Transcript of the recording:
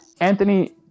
Anthony